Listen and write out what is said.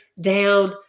down